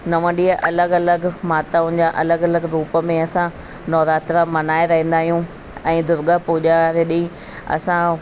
नव ॾींहुं अलॻि अलॻि माताउनि जा अलॻि अलॻि रूप में असां नवरात्रा मल्हाए रहंदा आहियूं ऐं दुर्गा पूॼा जे ॾींहुं असां